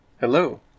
Hello